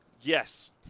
Yes